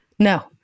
No